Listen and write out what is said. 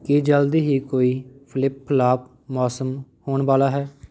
ਕੀ ਜਲਦੀ ਹੀ ਕੋਈ ਫਲਿਪ ਫਲਾਪ ਮੌਸਮ ਹੋਣ ਵਾਲਾ ਹੈ